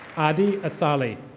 adi asali.